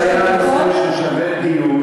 אנחנו מדברים היום על מושגים של שוויון מגדרי,